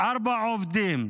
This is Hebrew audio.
ארבעה עובדים,